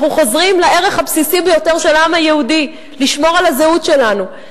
אנחנו חוזרים לערך הבסיסי ביותר של העם היהודי: לשמור על הזהות שלנו.